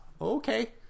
Okay